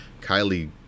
Kylie